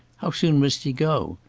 how soon must he go?